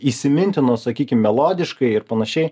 įsimintinos sakykim melodiškai ir panašiai